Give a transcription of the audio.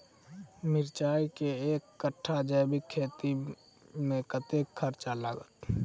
मिर्चा केँ एक कट्ठा जैविक खेती मे कतेक खर्च लागत?